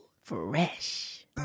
Fresh